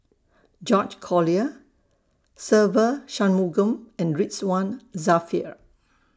George Collyer Se Ve Shanmugam and Ridzwan Dzafir